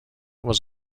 was